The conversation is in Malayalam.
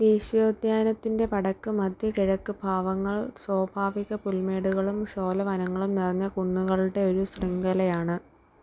ദേശീയോദ്യാനത്തിന്റെ വടക്ക് മധ്യ കിഴക്ക് ഭാവങ്ങൾ സ്വാഭാവിക പുൽമേടുകളും ഷോല വനങ്ങളും നിറഞ്ഞ കുന്നുകളുടെ ഒരു ശൃംഖലയാണ്